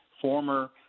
former